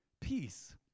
Peace